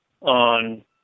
on